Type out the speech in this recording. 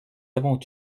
avons